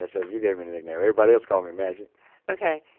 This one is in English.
ah so you gave me the nickname. everybody else call me magic ok.